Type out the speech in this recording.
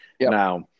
Now